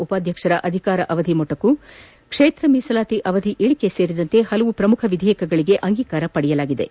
ಉಪಾಧ್ಯಕ್ಷರ ಅಧಿಕಾರ ಅವಧಿ ಮೊಟಕು ಕ್ಷೇತ್ರ ಮೀಸಲಾತಿ ಅವಧಿ ಇಳಿಕೆ ಸೇರಿದಂತೆ ಪಲವು ಪ್ರಮುಖ ವಿಧೇಯಕಗಳಿಗೆ ಅಂಗೀಕಾರ ಪಡೆಯಲಾಯಿತು